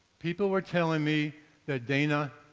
people were telling me that dana